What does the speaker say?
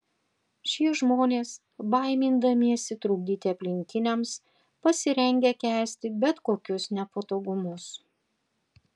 šie žmonės baimindamiesi trukdyti aplinkiniams pasirengę kęsti bet kokius nepatogumus